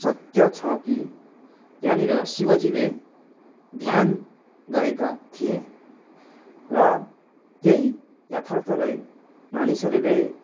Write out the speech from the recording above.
सत्य छ कि त्यहाँनिर शिवजीले ध्यान गरेका थिए र त्यही यथार्थलाई मानिसहरूले